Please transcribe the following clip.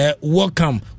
welcome